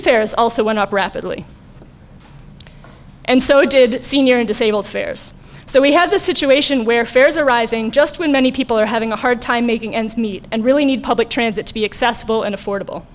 it's also went up rapidly and so did senior and disabled fares so we had the situation where fares are rising just when many people are having a hard time making ends meet and really need public transit to be accessible and affordable